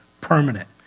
permanent